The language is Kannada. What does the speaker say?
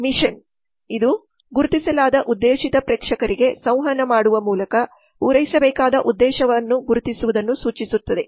ಮಿಷನ್ ಇದು ಮೇಲೆ ಗುರುತಿಸಲಾದ ಉದ್ದೇಶಿತ ಪ್ರೇಕ್ಷಕರಿಗೆ ಸಂವಹನ ಮಾಡುವ ಮೂಲಕ ಪೂರೈಸಬೇಕಾದ ಉದ್ದೇಶವನ್ನು ಗುರುತಿಸುವುದನ್ನು ಸೂಚಿಸುತ್ತದೆ